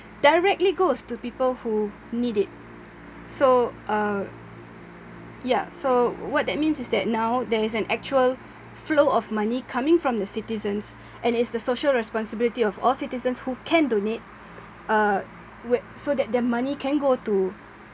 directly goes to people who need it so uh ya so what that means is that now there is an actual flow of money coming from the citizens and it's the social responsibility of all citizens who can donate uh wh~ so that their money can go to